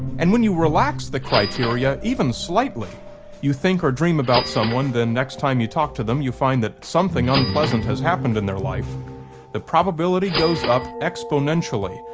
and when you relax the criteria even slightly you think or dream about someone, then next time you talk to them you find that something unpleasant has happened in their life the probability goes up exponentially,